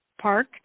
Park